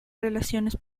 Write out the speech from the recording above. relaciones